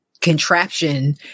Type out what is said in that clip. contraption